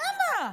למה?